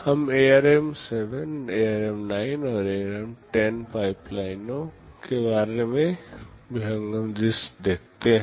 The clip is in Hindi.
हम ARM7 ARM9 और ARM10 पाइपलाइनों के बारे में विहंगम दृष्टि देते हैं